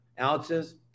ounces